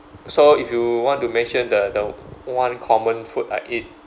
so if you want to make sure the the one common food I eat